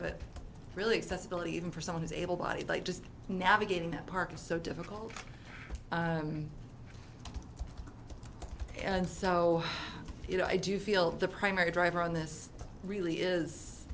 but really accessible even for someone who's able bodied by just navigating that park is so difficult and so you know i do feel the primary driver on this really is